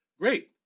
great